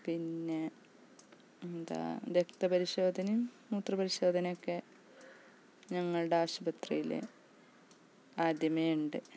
പിന്നെ എന്താ രക്ത പരിശോധനയും മൂത്ര പരിശോധനയൊക്കെ ഞങ്ങളുടാശുപത്രിയിൽ ആദ്യമേയുണ്ട്